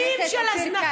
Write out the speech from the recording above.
אבל, מירב, איך?